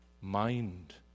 Mind